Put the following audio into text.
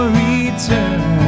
return